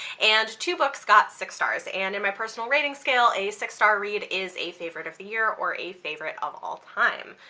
and two books got six stars. and in my personal rating scale a six star read is a favorite of the year or a favorite of all time.